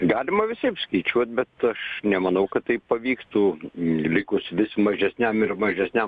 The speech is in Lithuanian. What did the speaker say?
galima visaip skaičiuot bet aš nemanau kad tai pavyktų likus vis mažesniam ir mažesniam